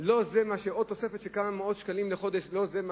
לא עוד תוספת של כמה שקלים לחודש היא מה